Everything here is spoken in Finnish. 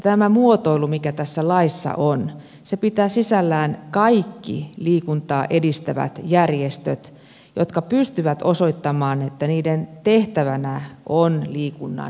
tämä muotoilu mikä tässä laissa on pitää sisällään kaikki liikuntaa edistävät järjestöt jotka pystyvät osoittamaan että niiden tehtävänä on liikunnan edistäminen